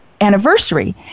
anniversary